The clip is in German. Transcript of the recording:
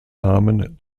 namen